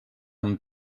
amb